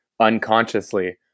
unconsciously